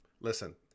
listen